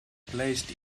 placed